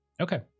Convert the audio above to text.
Okay